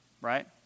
Right